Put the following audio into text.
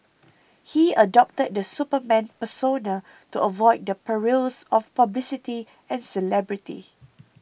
he adopted the Superman persona to avoid the perils of publicity and celebrity